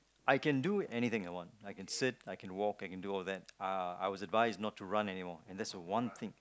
I can do anything I want I can sit I can walk I can do all that uh I was advised not to run anymore and that's the one thing